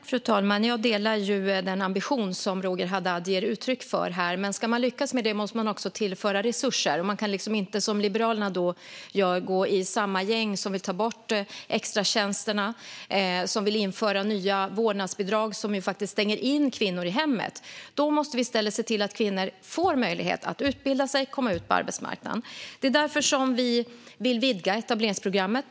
Fru talman! Jag delar den ambition som Roger Haddad ger uttryck för här. Men om man ska lyckas med det måste man också tillföra resurser. Man kan inte, som Liberalerna, vara med i det gäng som vill ta bort extratjänsterna och införa nya vårdnadsbidrag, som faktiskt stänger in kvinnor i hemmet. Vi måste i stället se till att kvinnor får möjlighet att utbilda sig och komma ut på arbetsmarknaden. Det är därför vi vill vidga etableringsprogrammet.